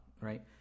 Right